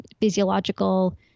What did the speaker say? physiological